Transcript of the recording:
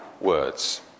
words